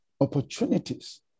opportunities